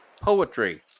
poetry